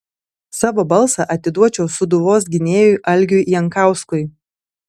savo balsą atiduočiau sūduvos gynėjui algiui jankauskui